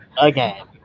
again